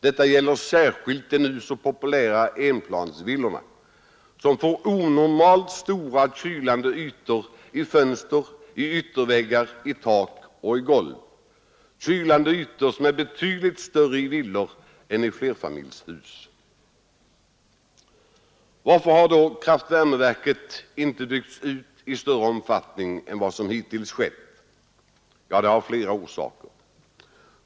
Detta gäller särskilt de nu så populära enplansvillorna som får onormalt stora kylande ytor i fönster, i ytterväggar, i tak och golv, kylande ytor som är betydligt större i villor än i flerfamiljshus. Varför har då kraftvärmeverk inte byggts ut i större omfattning än vad som hittills skett? Ja, det har flera orsaker.